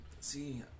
see